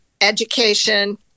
education